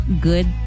good